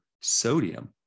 sodium